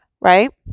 right